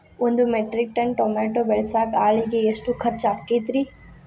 ಒಂದು metric ton tomato ಬೆಳಸಾಕ್ ಆಳಿಗೆ ಎಷ್ಟು ಖರ್ಚ್ ಆಕ್ಕೇತ್ರಿ?